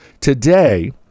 Today